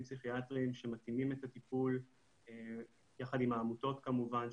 פסיכיאטרים שמתאימים את הטיפול יחד עם העמותות כמובן,